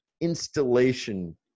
installation